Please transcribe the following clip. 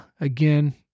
Again